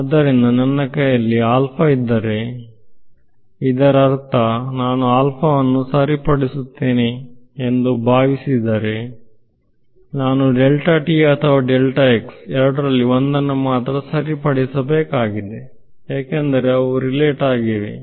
ಆದ್ದರಿಂದ ನನ್ನ ಕೈಯಲ್ಲಿ ಆಲ್ಫಾ ಇದ್ದರೆ ಇದರರ್ಥ ನಾನು ಆಲ್ಫಾವನ್ನು ಸರಿಪಡಿಸುತ್ತೇನೆ ಎಂದು ಭಾವಿಸಿದರೆ ನಾನು ಅಥವಾ ಎರಡರಲ್ಲಿ ಒಂದನ್ನು ಮಾತ್ರ ಸರಿಪಡಿಸಬೇಕಾಗಿದೆ ಏಕೆಂದರೆ ಅವು ಸಂಬಂಧಿಸಿವೆ